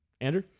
Andrew